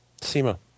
SEMA